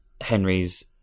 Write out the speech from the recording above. Henry's